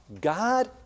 God